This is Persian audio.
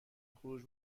خروج